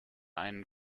einen